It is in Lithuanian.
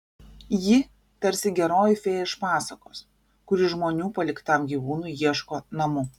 ji tarsi geroji fėja iš pasakos kuri žmonių paliktam gyvūnui ieško namų